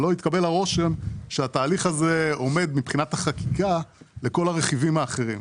שלא יתקבל הרושם שהתהליך הזה עומד מבחינת החקיקה בכל הרכיבים האחרים.